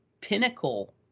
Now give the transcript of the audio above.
pinnacle